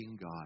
God